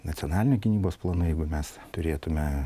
nacionalinių gynybos planai jeigu mes turėtume